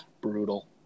Brutal